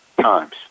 times